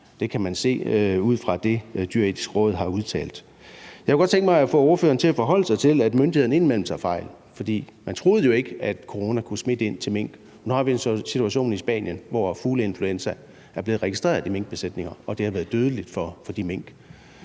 det kan man se af det, som Det Dyreetiske Råd har udtalt. Jeg kunne godt tænke mig at få ordføreren til at forholde sig til, at myndighederne indimellem tager fejl, for man troede jo ikke, at corona kunne smitte mink. Nu har vi så en situation i Spanien, hvor fugleinfluenza er blevet registreret i minkbesætninger, og det har været dødeligt for de mink.